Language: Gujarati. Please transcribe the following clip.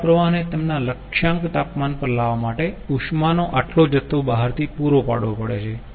ઠંડા પ્રવાહને તેમના લક્ષ્યાંક તાપમાન પર લાવવા માટે ઉષ્માનો આટલો જથ્થો બહારથી પૂરો પાડવો પડે છે